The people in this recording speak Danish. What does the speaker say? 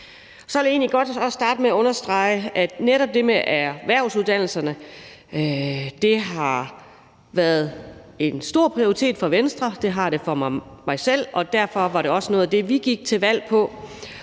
Så vil jeg egentlig også godt understrege, at netop det med erhvervsuddannelserne har været en stor prioritet for Venstre – det har det også for mig selv – og at det derfor også var noget af det, vi gik til valg på,